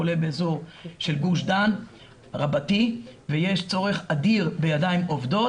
כולל באזור של גוש דן רבתי ויש צורך אדיר בידיים עובדות,